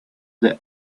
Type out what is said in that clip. the